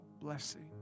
blessing